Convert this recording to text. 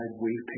weeping